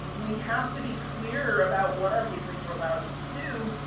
we have to be clear about what our patrons are allowed to do.